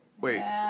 Wait